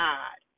God